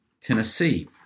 Tennessee